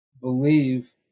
believe